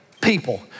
people